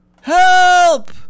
Help